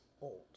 old